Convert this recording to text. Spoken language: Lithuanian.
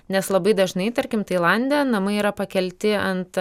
nes labai dažnai tarkim tailande namai yra pakelti ant